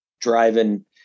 driving